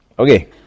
Okay